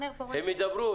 הם ידברו.